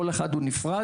כל אחד הוא נפרד.